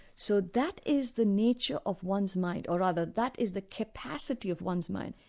so that is the nature of one's mind, or rather that is the capacity of one's mind.